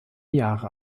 jahre